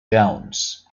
jones